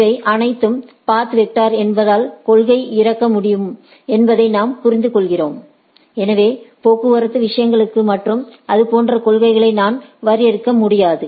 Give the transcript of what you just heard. இவை அனைத்தும் path vector என்பதால் கொள்கை இருக்க முடியும் என்பதை நாம் புரிந்துகொள்கிறோம் எனவே போக்குவரத்து விஷயங்களுக்கு மற்றும் அது போன்ற கொள்கைகளை நான் வரையறுக்க முடியும்